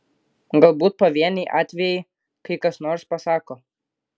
galbūt pavieniai atvejai kai kas nors pasako